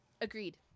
Agreed